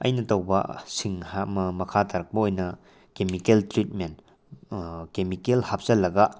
ꯑꯩꯅ ꯇꯧꯕꯁꯤꯡ ꯑꯃ ꯃꯈꯥ ꯇꯥꯔꯛꯄ ꯑꯣꯏꯅ ꯀꯦꯃꯤꯀꯦꯜ ꯇ꯭ꯔꯤꯠꯃꯦꯟ ꯀꯦꯃꯤꯀꯦꯜ ꯍꯥꯞꯆꯤꯜꯂꯒ